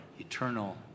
eternal